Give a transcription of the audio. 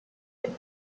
would